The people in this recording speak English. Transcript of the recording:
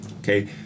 okay